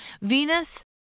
Venus